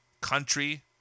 country